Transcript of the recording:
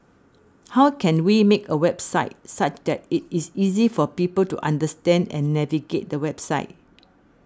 how can we make a website such that it is easy for people to understand and navigate the website